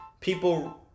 people